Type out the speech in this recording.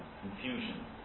confusion